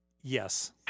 Yes